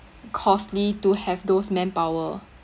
costly to have those manpower